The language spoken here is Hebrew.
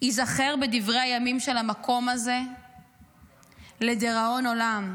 ייזכר בדברי הימים של המקום הזה לדיראון עולם,